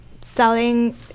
selling